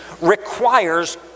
requires